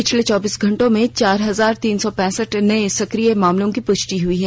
पिछले चौबीस घंटों में चार हजार तीन सौ पैंसठ नये सक्रिय मामलों की पुष्टि हुई है